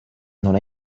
non